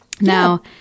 Now